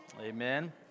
Amen